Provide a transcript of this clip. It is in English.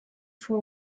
for